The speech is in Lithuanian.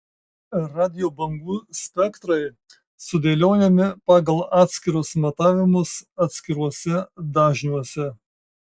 radijo bangų spektrai sudėliojami pagal atskirus matavimus atskiruose dažniuose